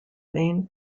main